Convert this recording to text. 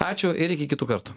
ačiū ir iki kitų kartų